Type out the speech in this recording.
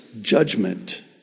judgment